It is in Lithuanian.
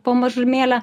po mažumėlę